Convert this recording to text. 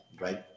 right